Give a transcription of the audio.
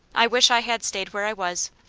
i wish i had stayed where i was.